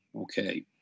Okay